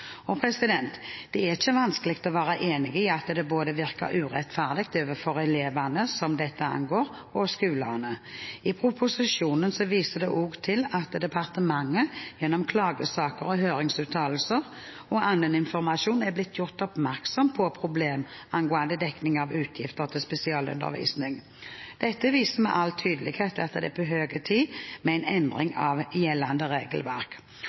Det er ikke vanskelig å være enig i at det virker urettferdig både overfor elevene som dette angår, og skolene. I proposisjonen vises det også til at departementet gjennom klagesaker, høringsuttalelser og annen informasjon er blitt gjort oppmerksom på problemer angående dekning av utgifter til spesialundervisning. Dette viser med all tydelighet at det er på høy tid med en endring av gjeldende regelverk.